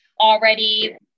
already